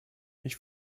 ich